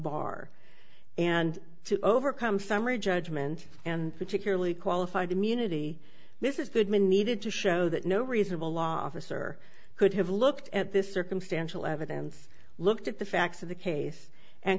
bar and to overcome summary judgment and particularly qualified immunity this is the admin needed to show that no reasonable law officer could have looked at this circumstantial evidence looked at the facts of the case and